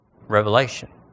Revelation